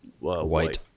white